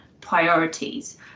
priorities